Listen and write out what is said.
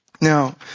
Now